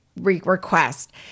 request